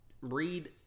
read